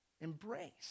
Embrace